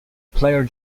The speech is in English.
player